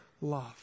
love